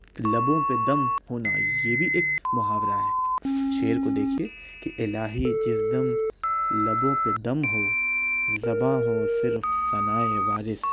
لبوں پہ دم ہونا یہ بھی ایک محاورہ ہے شعر کو دیکھیے کہ الٰہی جس دم لبوں پہ دم ہو زباں ہو صرف ثنائے وارث